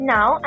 Now